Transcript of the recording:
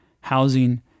housing